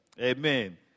Amen